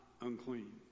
unclean